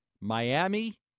Miami